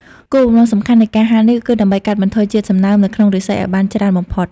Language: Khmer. គោលបំណងសំខាន់នៃការហាលនេះគឺដើម្បីកាត់បន្ថយជាតិសំណើមនៅក្នុងឫស្សីឲ្យបានច្រើនបំផុត។